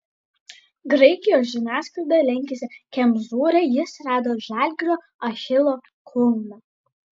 graikijos žiniasklaida lenkiasi kemzūrai jis rado žalgirio achilo kulną